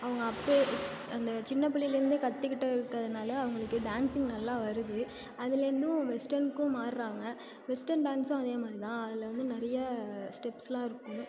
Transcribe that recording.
அவங்க அப்போ அந்த சின்ன பிள்ளையிலருந்தே கற்றுக்கிட்டு இருக்கிறதுனால அவங்களுக்கு டான்ஸிங் நல்லா வருது அதுலந்தும் வெஸ்டர்னுக்கும் மாறுறாங்க வெஸ்டர்ன் டான்ஸும் அதே மாதிரி தான் அதில் வந்து நிறைய ஸ்டெப்ஸ் எல்லாம் இருக்கும்